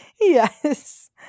Yes